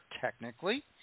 technically